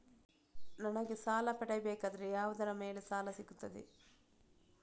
ನನಗೆ ಸಾಲ ಪಡೆಯಬೇಕಾದರೆ ಯಾವುದರ ಮೇಲೆ ಸಾಲ ಸಿಗುತ್ತೆ?